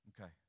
Okay